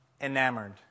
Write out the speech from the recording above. enamored